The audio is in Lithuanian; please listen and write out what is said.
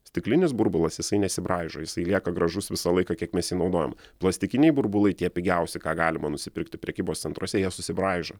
stiklinis burbulas jisai nesibraižo jisai lieka gražus visą laiką kiek mes jį inaudojam plastikiniai burbulai tie pigiausi ką galima nusipirkti prekybos centruose jie susibraižo